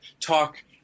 talk